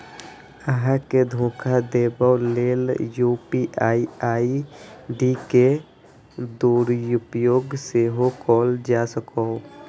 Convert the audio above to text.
अहां के धोखा देबा लेल यू.पी.आई आई.डी के दुरुपयोग सेहो कैल जा सकैए